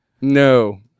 No